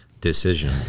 decision